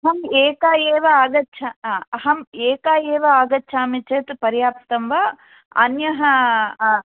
अहम् एकाएव आगच्छ हा अहम् एकाएव आगच्छामि चेत् पर्याप्तम् वा अन्यः